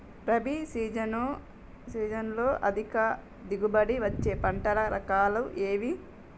రబీ సీజన్లో అధిక దిగుబడి వచ్చే పంటల రకాలు ఏవి?